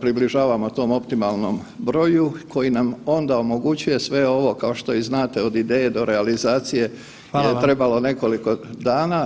približavamo tom optimalnom broju koji nam onda omogućuje sve ovo, kao što i znate, od ideje do realizacije [[Upadica predsjednik: Hvala vam.]] je trebalo nekoliko dana.